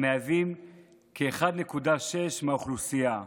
המהווים כ-1.6 מהאוכלוסייה,